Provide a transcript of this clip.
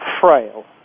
frail